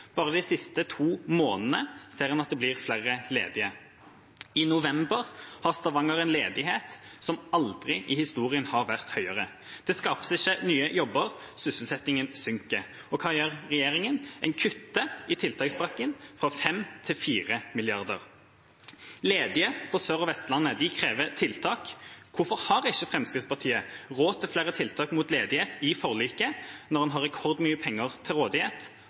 bare de siste to månedene ser en at det blir flere ledige. I november har Stavanger en ledighet som aldri i historien har vært høyere. Det skapes ikke nye jobber, og sysselsettingen synker. Og hva gjør regjeringa? En kutter i tiltakspakken fra 5 mrd. kr til 4 mrd. kr. Ledige på Sør- og Vestlandet krever tiltak. Hvorfor har ikke Fremskrittspartiet råd til flere tiltak mot ledighet i forliket, når en har rekordmye penger til rådighet?